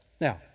Now